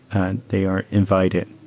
and they are invited.